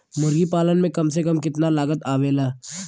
मुर्गी पालन में कम से कम कितना लागत आवेला?